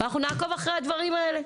ואנחנו נעקוב אחרי הדברים האלה.